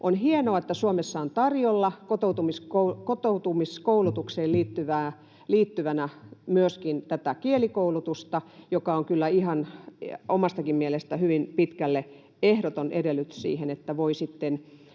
On hienoa, että Suomessa on tarjolla kotoutumiskoulutukseen liittyvänä myöskin tätä kielikoulutusta, joka on kyllä ihan omastakin mielestäni hyvin pitkälle ehdoton edellytys sille, että voi sitten